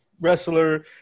wrestler